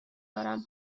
دارم